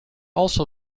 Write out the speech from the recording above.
also